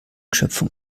schöpfung